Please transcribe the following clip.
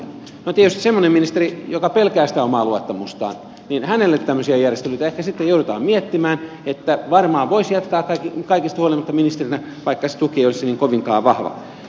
no tietysti semmoiselle ministerille joka pelkää sitä omaa luottamustaan tämmöisiä järjestelyitä ehkä sitten joudutaan miettimään niin että varmaan voisi jatkaa kaikesta huolimatta ministerinä vaikka se tuki ei olisi niin kovinkaan vahva